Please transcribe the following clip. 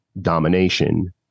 domination